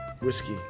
Whiskey